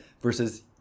Versus